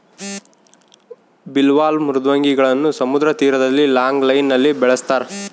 bivalve ಮೃದ್ವಂಗಿಗಳನ್ನು ಸಮುದ್ರ ತೀರದಲ್ಲಿ ಲಾಂಗ್ ಲೈನ್ ನಲ್ಲಿ ಬೆಳಸ್ತರ